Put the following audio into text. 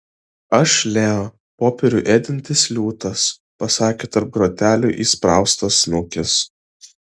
aš leo popierių ėdantis liūtas pasakė tarp grotelių įspraustas snukis